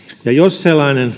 jos sellainen